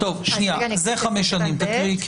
אני לא יודע למה התכוונתם.